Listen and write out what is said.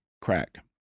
crack